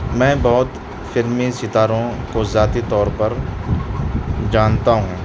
میں بہت فلمی ستاروں کو ذاتی طور پر جانتا ہوں